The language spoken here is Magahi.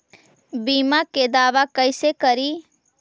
बीमा के दावा कैसे करी?